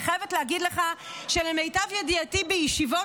אני חייבת להגיד לך שלמיטב ידיעתי בישיבות